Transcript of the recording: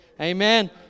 Amen